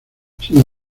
sin